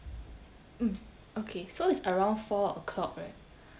mm okay so it's around four O clock right